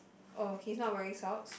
oh he's not wearing socks